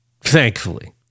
thankfully